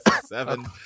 Seven